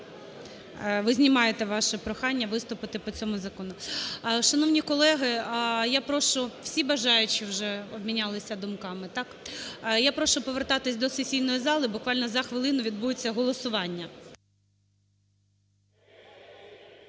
ви знімаєте ваше прохання виступити по цьому закону? Шановні колеги, я прошу, всі бажаючі вже обмінялися думками, так? Я прошу повертатися до сесійної зали, буквально за хвилину відбудеться голосування.